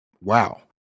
wow